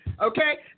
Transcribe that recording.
okay